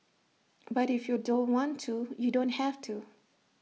but if you don't want to you don't have to